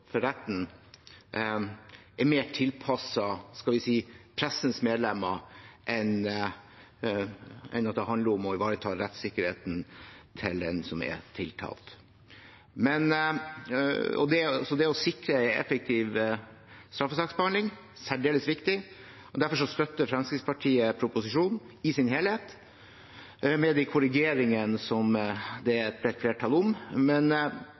for retten, er mer tilpasset – skal vi si – pressens medlemmer enn at det handler om å ivareta rettssikkerheten til den som er tiltalt. Det å sikre en effektiv straffesaksbehandling er særdeles viktig. Derfor støtter Fremskrittspartiet proposisjonen i sin helhet, med de korrigeringene det er et bredt flertall